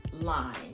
line